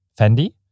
fendi